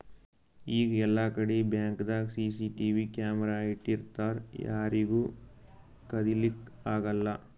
ಈಗ್ ಎಲ್ಲಾಕಡಿ ಬ್ಯಾಂಕ್ದಾಗ್ ಸಿಸಿಟಿವಿ ಕ್ಯಾಮರಾ ಇಟ್ಟಿರ್ತರ್ ಯಾರಿಗೂ ಕದಿಲಿಕ್ಕ್ ಆಗಲ್ಲ